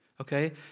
okay